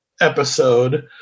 episode